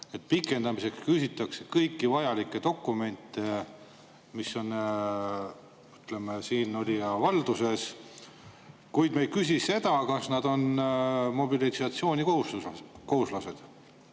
Pikendamiseks küsitakse kõiki vajalikke dokumente, mis on siinolija valduses, kuid me ei küsi seda, kas nad on mobilisatsioonikohuslased.